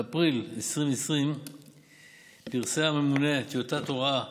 באפריל 2020 פרסם הממונה טיוטת הוראה